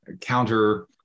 counter